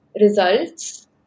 results